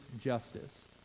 justice